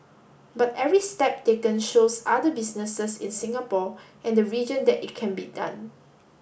but every step taken shows other businesses in Singapore and the region that it can be done